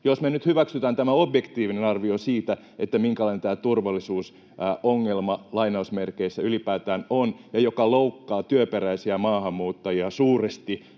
tämä objektiivinen arvio siitä, minkälainen tämä ”turvallisuusongelma” ylipäätään on. Se loukkaa työperäisiä maahanmuuttajia suuresti,